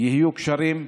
יהיו קשרים,